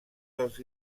dels